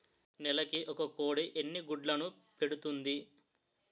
నెలకి ఒక కోడి ఎన్ని గుడ్లను పెడుతుంది?